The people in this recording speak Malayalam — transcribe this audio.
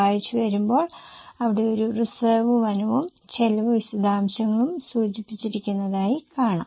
വായിച്ചു വരുമ്പോൾ അവിടെ ഒരു റിസർവ് വനവും ചെലവ് വിശദാംശങ്ങളും സൂചിപ്പിച്ചിരിക്കുന്നതായി കാണാം